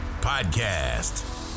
Podcast